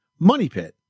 MONEYPIT